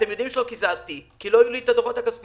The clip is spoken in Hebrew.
אתם יודעים שלא קיזזתי כי לא היו לי את הדוחות הכספיים.